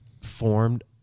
formed